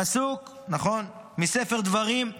פסוק, פסוק, נכון, מספר דברים.